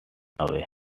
away